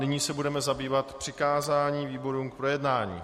Nyní se budeme zabývat přikázáním výborům k projednání.